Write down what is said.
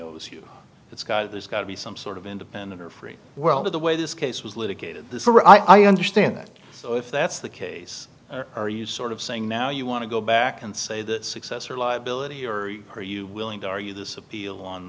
it's guy there's got to be some sort of independent or free world of the way this case was litigated this for i understand that so if that's the case are you sort of saying now you want to go back and say that successor liability or are you willing to argue this appeal on